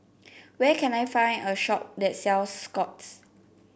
where can I find a shop that sells Scott's